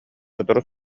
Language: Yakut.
сотору